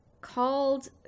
called